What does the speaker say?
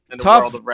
Tough